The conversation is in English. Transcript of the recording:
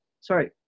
sorry